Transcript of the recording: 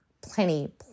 plenty